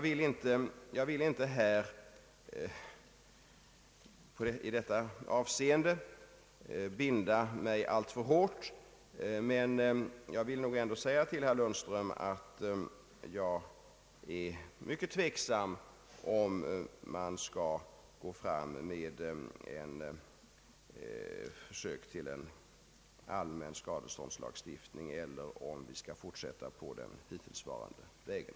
I det avseendet vill jag inte binda mig alltför hårt, men jag vill ändå säga till herr Lundström, att jag är mycket tveksam om man skall lägga fram ett förslag till en allmän skadeståndslagstiftning eller om man skall fortsätta på den hittillsvarande vägen.